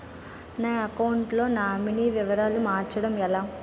నా అకౌంట్ లో నామినీ వివరాలు మార్చటం ఎలా?